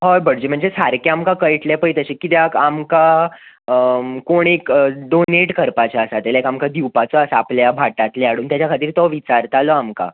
हय भटजी सारके आमकां कळटले पय तशें कित्याक आमकां कोण एक डोनेट करपाचे आसा तो दिवपाचो आसा आपल्या भाटांतले हाडून तो विचारतालो आमकां